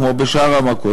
כמו בשאר המכות?